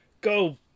go